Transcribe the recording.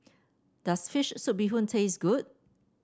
does fish soup Bee Hoon taste good